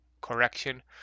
correction